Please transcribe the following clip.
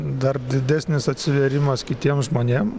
dar didesnis atsivėrimas kitiem žmonėm